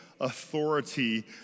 authority